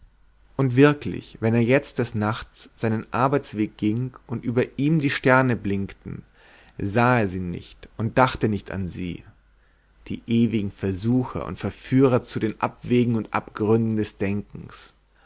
und wirklich wenn er jetzt des nachts seinen arbeitsweg ging und über ihm die sterne blinkten sah er sie nicht und dachte nicht an sie die ewigen versucher und verführer zu den abwegen und abgründen des denkens